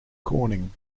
corning